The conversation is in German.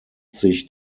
sich